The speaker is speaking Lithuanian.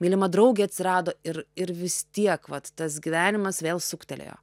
mylima draugė atsirado ir ir vis tiek vat tas gyvenimas vėl suktelėjo